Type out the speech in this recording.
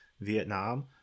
Vietnam